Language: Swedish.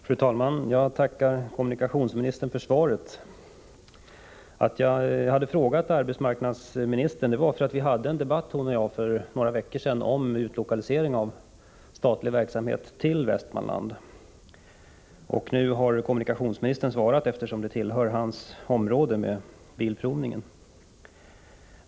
Fru talman! Jag tackar kommunikationsministern för svaret. Anledningen till att jag ställde frågan till arbetsmarknadsministern var att hon och jag förde en debatt för några veckor sedan om utlokalisering av statlig verksamhet till Västmanland. Eftersom bilprovningsverksamheten tillhör kommunikationsministerns ansvarsområde har jag nu fått svar av honom.